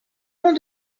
long